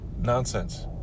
nonsense